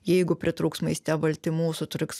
jeigu pritrūks maiste baltymų sutriks